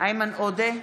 איימן עודה,